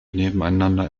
nebeneinander